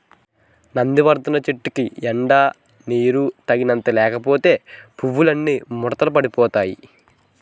నందివర్థనం చెట్టుకి ఎండా నీరూ తగినంత ఉండకపోతే పువ్వులన్నీ ముడతలు పడిపోతాయ్